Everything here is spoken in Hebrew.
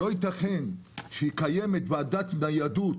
לא ייתכן שקיימת ועדת ניידות